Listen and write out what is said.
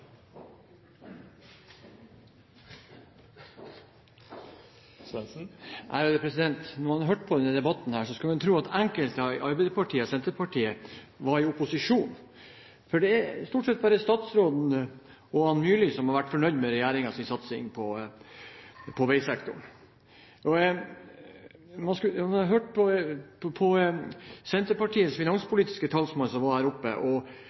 på denne debatten skulle man tro at enkelte i Arbeiderpartiet og Senterpartiet var i opposisjon, for det er stort sett bare statsråden og Myrli som har vært fornøyd med regjeringens satsing på veisektoren. Da jeg hørte på Senterpartiets finanspolitiske talsmann, som var her oppe, lurte jeg på